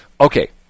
Okay